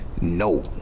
No